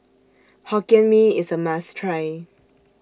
Hokkien Mee IS A must Try